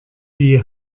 die